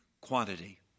quantity